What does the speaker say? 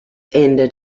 ended